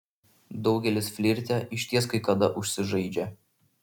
daugelis flirte išties kai kada užsižaidžia